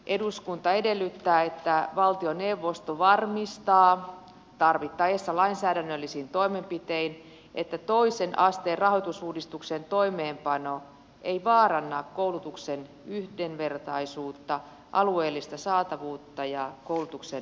eduskunta edellyttää että valtioneuvosto varmistaa tarvittaessa lainsäädännöllisin toimenpitein että toisen asteen rahoitusuudistuksen toimeenpano ei vaaranna koulutuksen yhdenvertaisuutta alueellista saatavuutta ja koulutuksen monimuotoisuutta